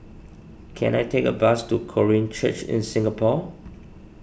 can I take a bus to Korean Church in Singapore